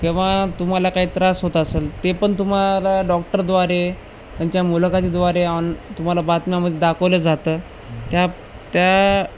केव्हा तुम्हाला काही त्रास होत असेल ते पण तुम्हाला डॉक्टर द्वारे त्यांच्या मुलाखती द्वारे ऑन तुम्हाला बातम्यामध्ये दाखवलं जातं त्या त्या